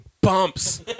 bumps